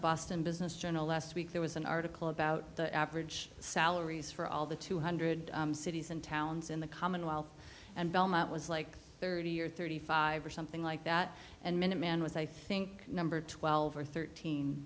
boston business journal last week there was an article about the average salaries for all the two hundred cities and towns in the commonwealth and belmont was like thirty or thirty five or something like that and minuteman was i think number twelve or thirteen